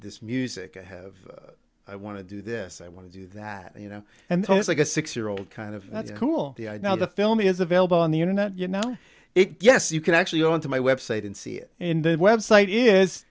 this music i have i want to do this i want to do that you know and then it's like a six year old kind of cool now the film is available on the internet you know yes you can actually go into my website and see it in the website is